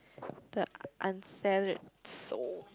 the unsettled soul